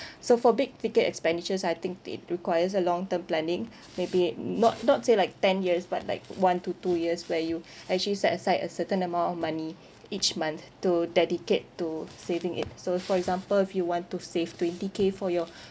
so for big ticket expenditures I think it requires a long term planning maybe not not say like ten years but like one to two years where you actually set aside a certain amount of money each month to dedicate to saving it so for example if you want to save twenty K for your